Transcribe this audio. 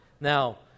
Now